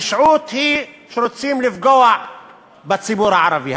הרשעות היא שרוצים לפגוע בציבור הערבי,